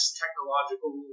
technological